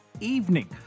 evening